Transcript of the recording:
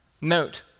note